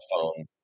phone